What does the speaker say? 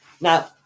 Now